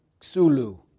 xulu